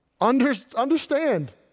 Understand